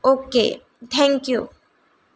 okay thank you